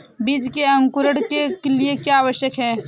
बीज के अंकुरण के लिए क्या आवश्यक है?